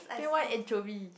then why anchovies